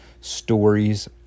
stories